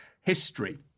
history